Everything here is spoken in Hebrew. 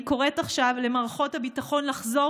אני קוראת עכשיו למערכות הביטחון לחזור